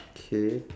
K